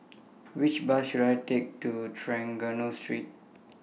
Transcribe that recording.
Which Bus should I Take to Trengganu Street